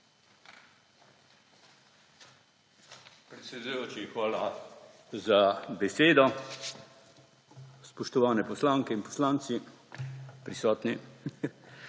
Predsedujoči, hvala za besedo. Spoštovani poslanke in poslanci, prisotni!